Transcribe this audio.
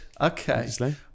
okay